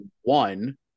one